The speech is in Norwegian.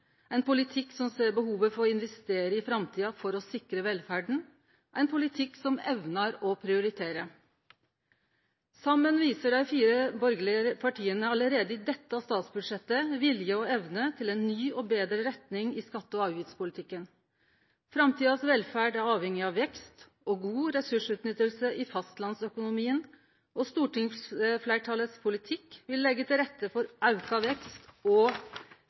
ein kan hauste, som ser behovet for å investere i framtida for å sikre velferda og som evnar å prioritere. Saman viser dei fire borgarlege partia allereie i dette statsbudsjettet vilje og evne til ei ny og betre retning i skatte- og avgiftspolitikken. Framtidas velferd er avhengig av vekst og god ressursutnytting i fastlandsøkonomien. Stortingsfleirtalet sin politikk vil leggje til rette for auka vekst og